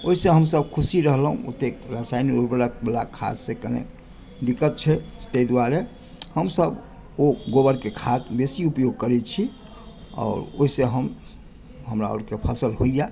ओहिसॅं हमसभ खुशी रहलहुँ ओते रासायन उर्वरकवाला खाद्य से कनि दिक्कत छै ताहि दुआरे हमसभ गोबरकेँ खाद्य बेसी उपयोग करै छी और ओहिसॅं हम हमरा आरकेँ फसल होइया